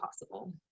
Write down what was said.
possible